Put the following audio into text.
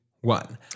one